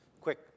quick